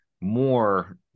more